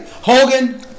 Hogan